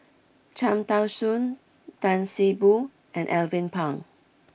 Cham Tao Soon Tan See Boo and Alvin Pang